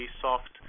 soft